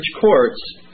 courts